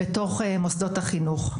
בתוך מוסדות החינוך.